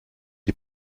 die